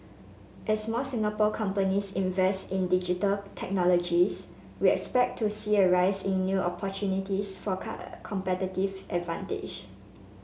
as more Singapore companies invest in Digital Technologies we expect to see a rise in new opportunities for competitive advantage